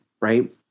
right